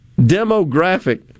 demographic